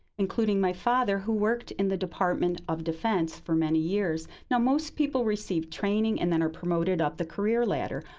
including my father, who worked in the department of defense for many years. now, most people receive training and then are promoted up the career ladder.